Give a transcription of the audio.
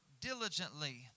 diligently